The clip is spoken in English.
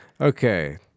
okay